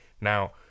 Now